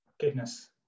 Goodness